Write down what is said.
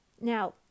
Now